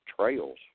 trails